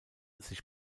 sich